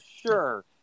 sure